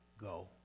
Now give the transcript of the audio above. go